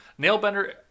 Nailbender